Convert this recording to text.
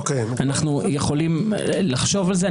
אנו יכולים לחשוב על זה.